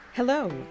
Hello